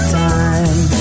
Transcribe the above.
time